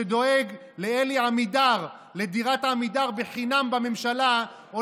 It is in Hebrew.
שדואג לאלי עמידר לדירת עמידר בחינם בממשלה או